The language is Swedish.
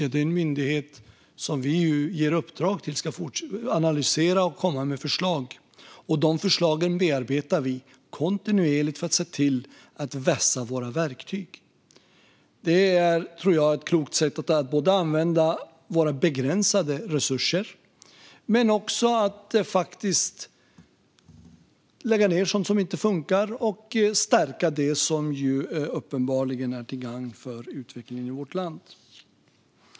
Det är en myndighet som vi ger i uppdrag att analysera och komma med förslag, och de förslagen bearbetar vi kontinuerligt för att se till att vässa våra verktyg. Det är, tror jag, ett klokt sätt att använda våra begränsade resurser. Det handlar också om att lägga ned sådant som inte funkar och att stärka det som uppenbarligen är till gagn för utvecklingen i vårt land.